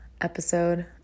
episode